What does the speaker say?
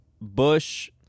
Bush